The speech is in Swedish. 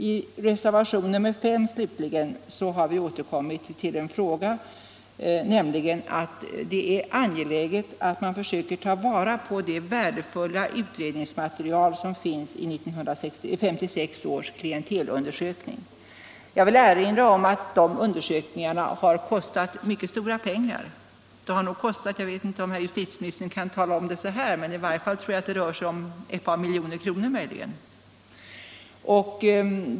I reservationen § slutligen har vi återigen pekat på att det är angeläget att man försöker ta vara på det värdefulla utredningsmaterial som finns i 1956 års klientelundersökning. Jag vill erinra om att den undersökningen har kostat mycket stora pengar. Jag vet inte om herr justitieministern kan ange beloppet, men det rör sig i varje fall om ett par miljoner kronor.